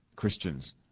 Christians